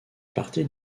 partie